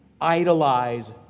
idolize